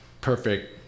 perfect